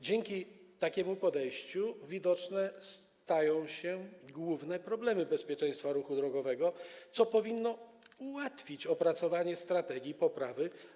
Dzięki takiemu podejściu widoczne stają się główne problemy bezpieczeństwa ruchu drogowego, co powinno ułatwić opracowanie strategii poprawy.